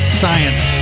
science